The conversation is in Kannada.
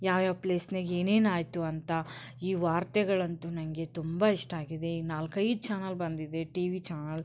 ಯಾವ್ಯಾವ ಪ್ಲೇಸ್ನಾಗ ಏನೇನು ಆಯಿತು ಅಂತ ಈ ವಾರ್ತೆಗಳಂತೂ ನನಗೆ ತುಂಬ ಇಷ್ಟ ಆಗಿದೆ ಈ ನಾಲ್ಕೈದು ಚಾನಲ್ ಬಂದಿದೆ ಟಿವಿ ಚಾನಲ್